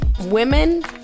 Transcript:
women